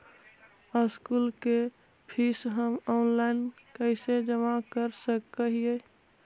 School के fees हम online कैसे जमा कर सक हिय?